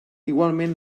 igualment